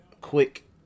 quick